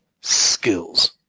skills